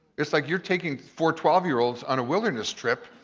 it's like you're taking four twelve year olds on a wilderness trip.